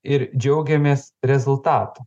ir džiaugiamės rezultatu